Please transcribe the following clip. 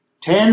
ten